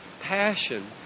passion